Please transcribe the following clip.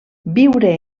viure